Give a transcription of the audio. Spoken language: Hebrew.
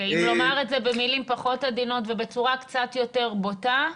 אם לומר את זה במילים פחות עדינות ובצורה קצת יותר בוטה,